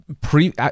Pre